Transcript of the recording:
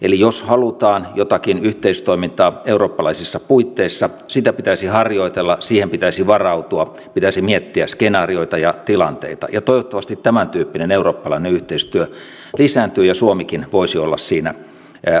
eli jos halutaan jotakin yhteistoimintaa eurooppalaisissa puitteissa sitä pitäisi harjoitella siihen pitäisi varautua pitäisi miettiä skenaarioita ja tilanteita ja toivottavasti tämän tyyppinen eurooppalainen yhteistyö lisääntyy ja suomikin voisi olla siinä aloitteellinen